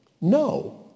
No